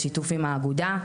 בשיתוף עם האגודה,